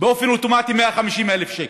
באופן אוטומטי, 150,000 שקל,